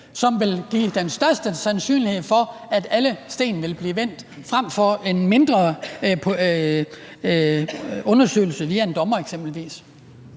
som vil give den største sandsynlighed for, at alle sten vil blive vendt, frem for en mindre undersøgelse via en dommer eksempelvis?